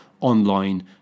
online